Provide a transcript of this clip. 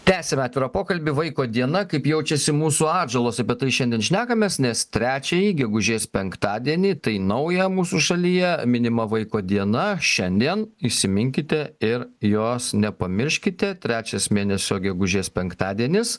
tęsiame atvirą pokalbį vaiko diena kaip jaučiasi mūsų atžalos apie tai šiandien šnekamės nes trečiąjį gegužės penktadienį tai nauja mūsų šalyje minima vaiko diena šiandien įsiminkite ir jos nepamirškite trečias mėnesio gegužės penktadienis